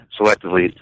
selectively